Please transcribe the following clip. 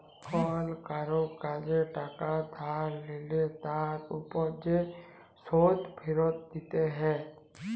call কারুর কাজে টাকা ধার লিলে তার উপর যে শোধ ফিরত দিতে হ্যয়